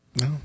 no